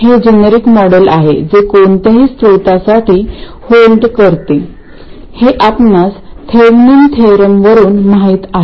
हे generic model आहे जे कोणत्याही स्त्रोतासाठी होल्ड करते हे आपणास थेवेनिन थेरमवरूनThevenin's theorem माहित आहे